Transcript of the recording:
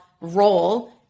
role